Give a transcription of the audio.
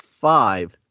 five